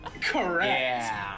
Correct